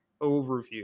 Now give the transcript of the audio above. overview